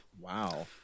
Wow